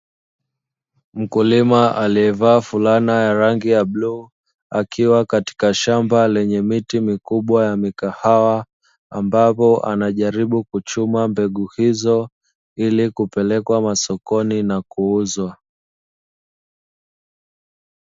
Mkulima aliyevaa fulana ya rangi ya bluu akiwa katika shamba lenye miti mikubwa ya mikahawa, ambapo anajaribu kuchuma mbegu hizo ili kupeleka masokoni na kuuza.